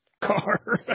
car